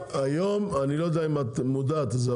היום אני לא יודע אם את מודעת לזה,